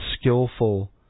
skillful